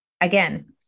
again